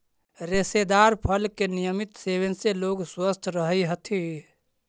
रेशेदार फल के नियमित सेवन से लोग स्वस्थ रहऽ हथी